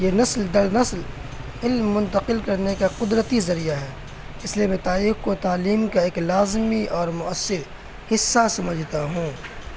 یہ نسل در نسل علم منتقل کرنے کا قدرتی ذریعہ ہے اس لیے میں تاریخ کو تعلیم کا ایک لازمی اور مؤثر حصہ سمجھتا ہوں